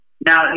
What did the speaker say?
Now